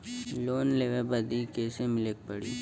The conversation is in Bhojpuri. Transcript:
लोन लेवे बदी कैसे मिले के पड़ी?